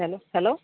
hello hello